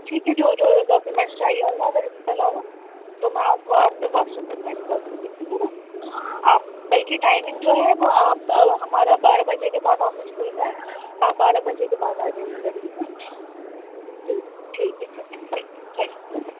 ٹھیک ہے جو جو ڈاکیومینٹس چاہیے ہوں گے اگر اس کے علاوہ تو میں آپ کو آپ کے واٹس ایپ پہ سینڈ کر دوں گی ٹھیک ہے نا آپ کل کی ٹائمنگ جو ہے وہ آپ ہمارا بارہ بجے کے بعد آفس کھلتا ہے تو آپ بارہ بجے کے بعد آ جائیے گا ٹھیک ہے جی ٹھیک ہے چلیں تھینک یو تھینک یو